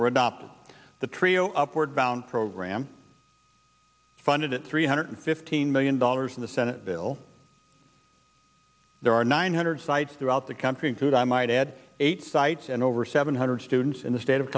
were adopted the trio upward bound program funded at three hundred fifteen million dollars in the senate bill there are nine hundred sites throughout the country including i might add eight sites and over seven hundred students in the state of